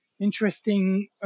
interesting